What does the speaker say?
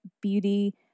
beauty